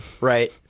right